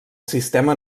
sistema